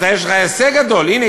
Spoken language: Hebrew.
יש לך הישג גדול: הנה,